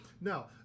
Now